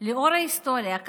לאורך ההיסטוריה.